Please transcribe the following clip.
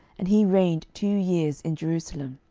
and he reigned two years in jerusalem.